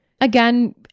again